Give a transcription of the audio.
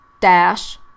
dash